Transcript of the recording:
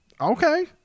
okay